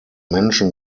menschen